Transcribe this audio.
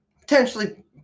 potentially